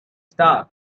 star